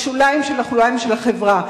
בשוליים של השוליים של החברה.